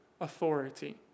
authority